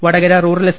വട കര rural S